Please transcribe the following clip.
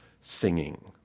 singing